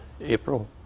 April